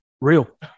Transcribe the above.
Real